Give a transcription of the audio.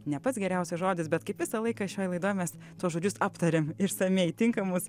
ne pats geriausias žodis bet kaip visą laiką šioj laidoj mes tuos žodžius aptariam išsamiai tinkamus